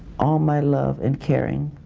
all my love and caring.